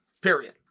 period